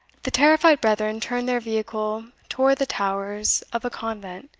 the terrified brethren turned their vehicle toward the towers of a convent,